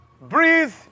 Breathe